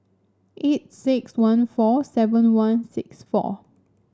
eight six one four seven one six four